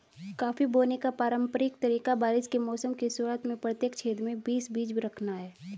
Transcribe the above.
coffee बोने का पारंपरिक तरीका बारिश के मौसम की शुरुआत में प्रत्येक छेद में बीस बीज रखना है